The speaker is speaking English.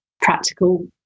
practical